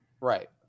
right